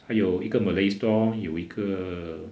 还有一个 malay store 有一个